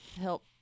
help